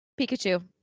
Pikachu